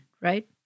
right